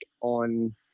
on